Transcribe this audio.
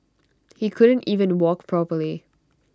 he couldn't even walk properly